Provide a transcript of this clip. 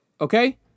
Okay